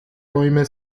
räume